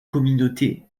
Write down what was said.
communauté